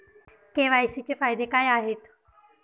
KYC चे फायदे काय आहेत?